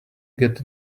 get